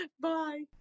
Bye